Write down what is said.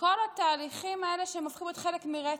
כל התהליכים האלה שהופכים להיות חלק מרצף.